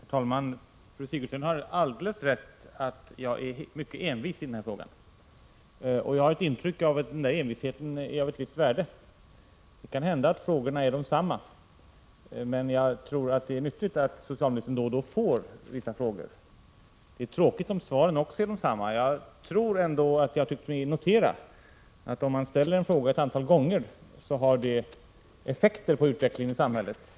Herr talman! Fru Sigurdsen har alldeles rätt i att jag är mycket envis i denna fråga. Jag har ett intryck av att denna envishet är av ett visst värde. Det kan hända att frågorna är desamma, men jag tror att det är nyttigt att socialministern då och då får vissa frågor. Det är tråkigt om svaren också blir desamma, men jag tycker mig ändå ha kunnat notera att om man ställer en fråga ett antal gånger, så får det effekter på utvecklingen i samhället.